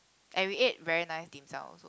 and we ate very nice dim-sum also